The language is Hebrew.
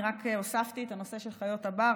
אני רק הוספתי את הנושא של חיות הבר.